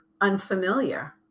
unfamiliar